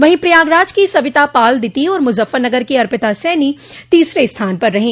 वहीं प्रयागराज की सविता पाल द्वितीय और मुजफ्फरनगर की अर्पिता सैनी तीसरे स्थान पर रही